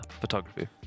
photography